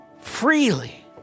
freely